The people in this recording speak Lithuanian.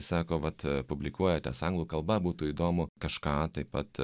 sako vat publikuojatės anglų kalba būtų įdomu kažką taip pat